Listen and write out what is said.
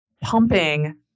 pumping